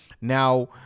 Now